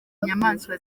inyamaswa